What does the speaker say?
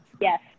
Yes